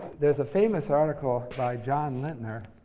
there's a famous article by john lintner.